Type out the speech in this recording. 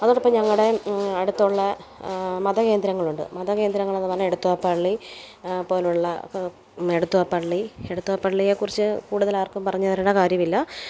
അതോടപ്പം ഞങ്ങളുടെ അടുത്തൊള്ള മതകേന്ദ്രങ്ങളുണ്ട് മതകേന്ദ്രങ്ങളെന്ന് പറഞ്ഞാൽ എടത്ത്വ പള്ളി പോലുള്ള എടത്ത്വ പള്ളി എടത്ത്വ പള്ളിയെ കുറിച്ച് കൂടുതൽ ആർക്കും പറഞ്ഞ് തരേണ്ട കാര്യമില്ല